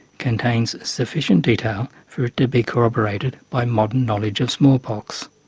contains sufficient detail for it to be corroborated by modern knowledge of smallpox.